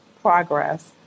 progress